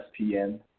ESPN